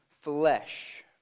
flesh